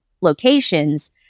locations